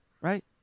Right